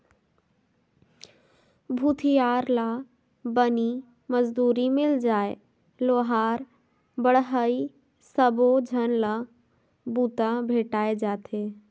भूथियार ला बनी मजदूरी मिल जाय लोहार बड़हई सबो झन ला बूता भेंटाय जाथे